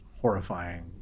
horrifying